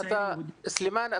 סלימאן,